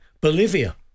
Bolivia